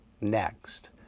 next